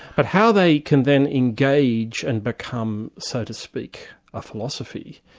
but how they can then engage and become, so to speak, a philosophy,